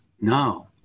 No